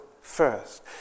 first